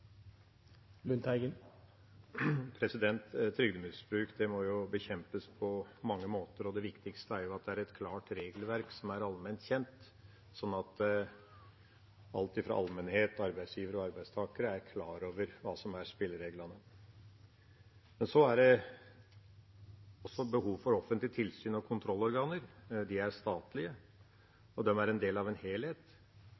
at det er et klart regelverk som er allment kjent, slik at alle – fra allmennheten til arbeidsgivere og arbeidstakere – er klar over hva som er spillereglene. Men det er også behov for offentlige tilsyns- og kontrollorganer. De er